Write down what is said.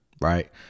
right